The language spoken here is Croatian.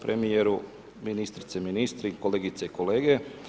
Premijeru, ministrice, ministri, kolegice i kolege.